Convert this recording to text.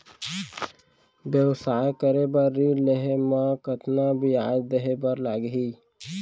व्यवसाय करे बर ऋण लेहे म कतना ब्याज देहे बर लागही?